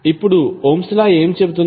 ఇప్పుడు Ohm's law Ohms law ఏమి చెబుతుంది